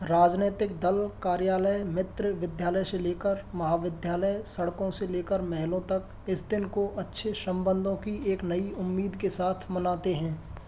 राजनैतिक दल कार्यालय मित्र विद्यालय से लेकर महाविद्यालय सड़कों से लेकर महलों तक इस दिन को अच्छे संबंधों की एक नई उम्मीद के साथ मनाते है